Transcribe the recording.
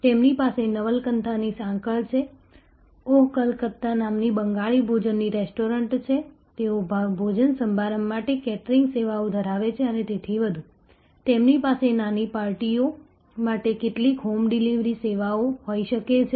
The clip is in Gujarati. તેમની પાસે નવલકથાની સાંકળ છે ઓહ કલકત્તા નામની બંગાળી ભોજનની રેસ્ટોરન્ટ છે તેઓ ભોજન સમારંભ માટે કેટરિંગ સેવાઓ ધરાવે છે અને તેથી વધુ તેમની પાસે નાની પાર્ટીઓ માટે કેટલીક હોમ ડિલિવરી સેવાઓ હોઈ શકે છે